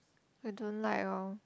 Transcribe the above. I don't like lor